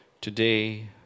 today